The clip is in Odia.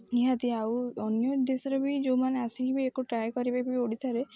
ନିହାତି ଆଉ ଅନ୍ୟ ଦେଶରେ ବି ଯେଉଁ ମାନେ ଆସିବାକୁ ଟ୍ରାଏ କରିବେ ବି ଓଡ଼ିଶାରେ